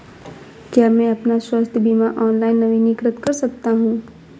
क्या मैं अपना स्वास्थ्य बीमा ऑनलाइन नवीनीकृत कर सकता हूँ?